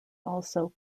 also